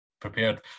prepared